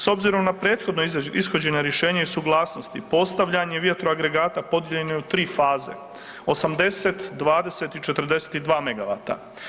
S obzirom na prethodno ishođena rješenja i suglasnosti, postavljanje vjetroagregata podijeljeno je u 3 faze, 80, 20 i 42 megavata.